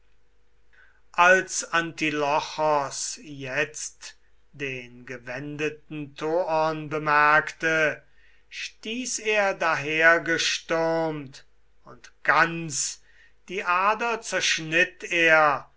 als antilochos jetzt den gewendeten thoon bemerkte stieß er dahergestürmt und ganz die ader zerschnitt er